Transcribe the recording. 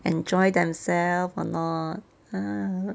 enjoy themselves or not ah